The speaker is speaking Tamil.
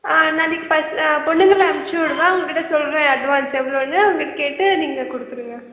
ஆ நாளைக்கு பஸ் ஆ பொண்ணுங்களை அனுப்பிச்சி விடுவேன் அவங்க கிட்டே சொல்கிறேன் அட்வான்ஸ் எவ்வளோன்னு அவங்களை கேட்டு நீங்கள் கொடுத்துடுங்க